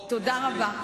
תודה רבה.